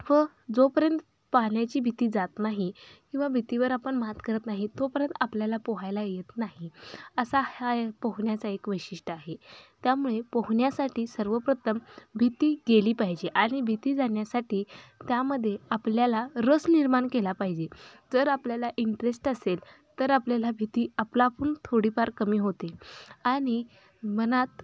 व जोपर्यंत पाण्याची भीती जात नाही किंवा भितीवर आपण मात करत नाही तोपर्यंत आपल्याला पोहायला येत नाही असा हा पोहण्याचा एक वैशिष्ट्य आहे त्यामुळे पोहण्यासाठी सर्वप्रथम भीती गेली पाहिजे आणि भीती जाण्यासाठी त्यामध्ये आपल्याला रस निर्माण केला पाहिजे जर आपल्याला इंटरेस्ट असेल तर आपल्याला भीती आपलंआपण थोडीफार कमी होते आणि मनात